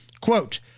Quote